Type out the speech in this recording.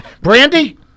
Brandy